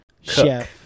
chef